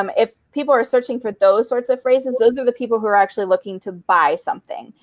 um if people are searching for those sorts of phrases, those are the people who are actually looking to buy something,